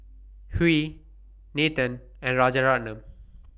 Hri Nathan and Rajaratnam